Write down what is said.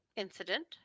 incident